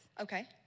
Okay